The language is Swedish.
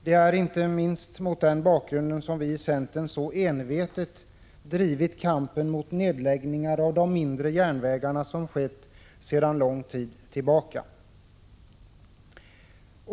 Det är inte minst mot den bakgrunden som vi i centern så envetet har drivit kampen mot de nedläggningar av mindre järnvägar som skett sedan lång tid tillbaka.